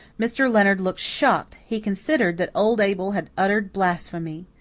mr. leonard looked shocked he considered that old abel had uttered blasphemy.